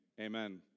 Amen